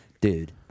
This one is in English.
Dude